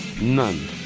None